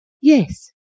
Yes